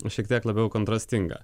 šiek tiek labiau kontrastingą